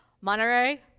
Monterey